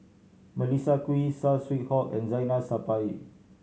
Melissa Kwee Saw Swee Hock and Zainal Sapari